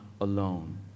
alone